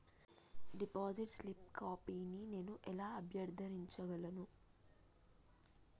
Deposit slip కాపీని నేను ఎలా అభ్యర్థించగలను?